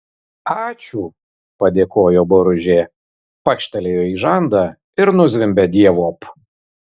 ačiū padėkojo boružė pakštelėjo į žandą ir nuzvimbė dievop